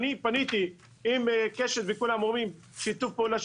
אני פניתי עם קשת כולם אומרים "שיתוף פעולה"